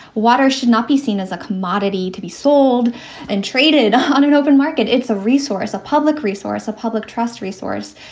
water should not be seen as a commodity to be sold and traded on an open market. it's a resource, a public resource, a public trust resource,